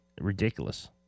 Ridiculous